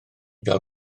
gael